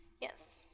Yes